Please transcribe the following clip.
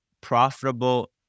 profitable